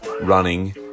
running